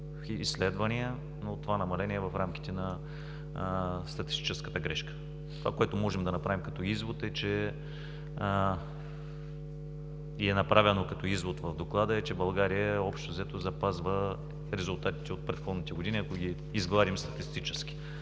изследвания, но това намаление е в рамките на статистическата грешка. Това, което можем да направим като извод – и е направено като извод в Доклада, е, че България общо взето запазва резултатите от предходните години, ако ги изгладим статистически.